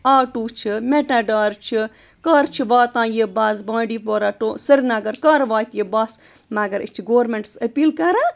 auto چھِ matador چھِ کَر چھِ واتان یہِ بَس بانڈی پورہ ٹُہ سرینگر کَر واتہِ یہِ بَس مگر أسۍ چھِ گورمٮ۪نٛٹَس اپیٖل کَران